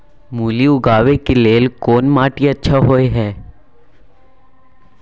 मूली उगाबै के लेल कोन माटी अच्छा होय है?